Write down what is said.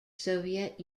soviet